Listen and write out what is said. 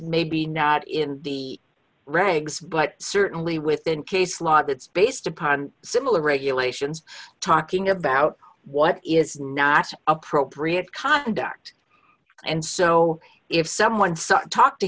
maybe not in the regs but certainly within case law that's based upon similar regulations talking about what is not appropriate conduct and so if someone such talk to